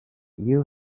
you